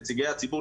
נציגי הציבור,